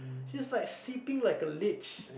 she's like sleeping like a leech